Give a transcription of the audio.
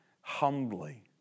humbly